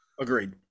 Agreed